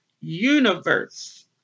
universe